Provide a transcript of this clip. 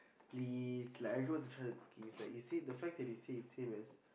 please like I go to try the cookies like you see the fact that you see is him as